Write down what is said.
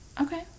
Okay